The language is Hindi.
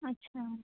अच्छा